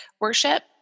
worship